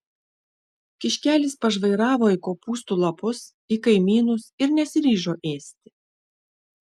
kiškelis pažvairavo į kopūstų lapus į kaimynus ir nesiryžo ėsti